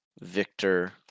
Victor